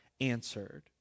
answered